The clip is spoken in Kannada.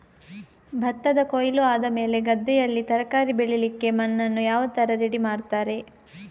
ಭತ್ತದ ಕೊಯ್ಲು ಆದಮೇಲೆ ಗದ್ದೆಯಲ್ಲಿ ತರಕಾರಿ ಬೆಳಿಲಿಕ್ಕೆ ಮಣ್ಣನ್ನು ಯಾವ ತರ ರೆಡಿ ಮಾಡ್ತಾರೆ?